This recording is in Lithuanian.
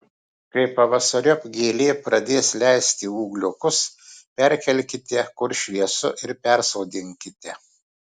kai pavasariop gėlė pradės leisti ūgliukus perkelkite kur šviesu ir persodinkite